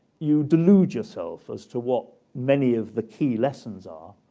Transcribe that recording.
you delude yourself as to what many of the key lessons are.